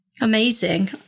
Amazing